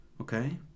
Okay